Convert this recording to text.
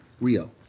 Rio